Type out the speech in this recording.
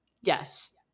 Yes